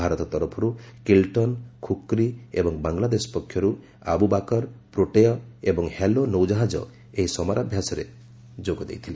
ଭାରତ ତରଫରୁ କିଲ୍ଟନ ଖୁକ୍ରୀ ଏବଂ ବାଂଲାଦେଶ ପକ୍ଷରୁ ଆବୁବାକର ପ୍ରୋଟୟେ ଏବଂ ହ୍ୟାଲୋ ନୌ ଜାହାଜ ଏହି ସମରାଭ୍ୟାସରେ ଯୋଗ ଦେଇଥିଲେ